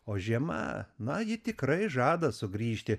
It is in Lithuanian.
o žiema na ji tikrai žada sugrįžti